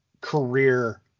career